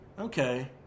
okay